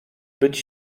być